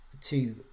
two